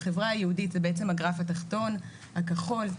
החברה היהודית זה הגרף התחתון הכחול,